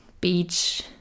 beach